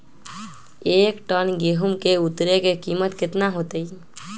एक टन गेंहू के उतरे के कीमत कितना होतई?